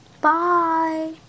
Bye